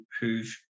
who've